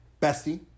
Bestie